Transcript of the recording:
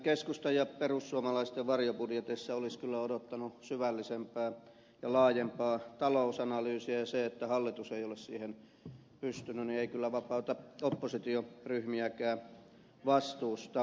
keskustan ja perussuomalaisten varjobudjeteissa olisi kyllä odottanut olevan syvällisempää ja laajempaa talousanalyysia ja se että hallitus ei ole siihen pystynyt ei kyllä vapauta oppositioryhmiäkään vastuusta